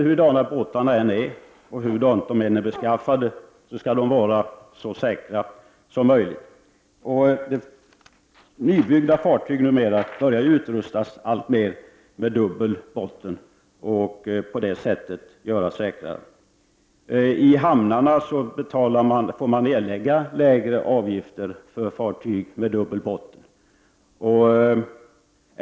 Hurudana båtarna än är beskaffade skall de självfallet vara så säkra som möjligt. Nybyggda fartyg är nu allt oftare utrustade med dubbel botten och har på det sättet gjorts säkrare. I hamnarna får man erlägga lägre avgift för fartyg med dubbel botten.